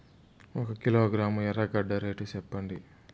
ఒక కిలోగ్రాము ఎర్రగడ్డ రేటు సెప్పండి?